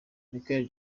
michael